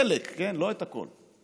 חלק, לא את הכול.